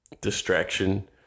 distraction